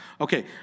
Okay